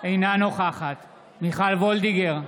אינה נוכחת מיכל וולדיגר,